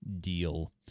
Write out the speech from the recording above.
deal